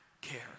care